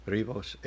Rivos